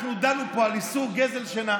שאנחנו דנו פה על איסור גזל שינה.